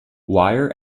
wire